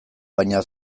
baina